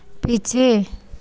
पीछे